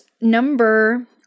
number